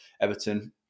Everton